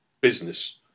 business